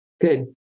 Good